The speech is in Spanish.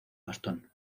bastón